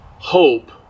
Hope